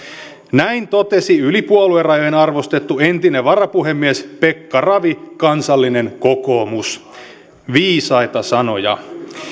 näin totesi yli puoluerajojen arvostettu entinen varapuhemies pekka ravi kansallinen kokoomus viisaita sanoja